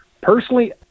personally